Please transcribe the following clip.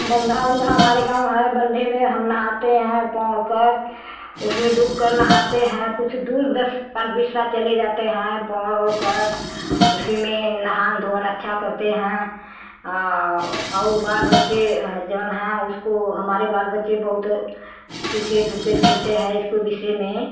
बंधा उंधा हमारे गाँव है बंधे में हम नहाते हैं पवर कर उसमें डूब कर नहाते हैं कुछ दूर दस पाँच बिसरा चले जाते हैं पवर औड़ कर उसी में नहान धोआन अच्छा करते हैं और बाल बच्चे जवन हैं उसको हमारे बाल बच्चे बहुत किरकेट उरकेट खेलते हैं इसको विषय में